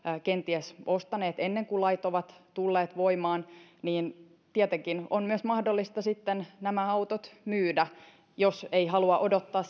kenties ostaneet ennen kuin lait ovat tulleet voimaan tietenkin on myös mahdollista nämä autot myydä jos ei halua odottaa